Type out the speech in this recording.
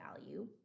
value